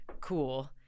cool